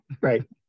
Right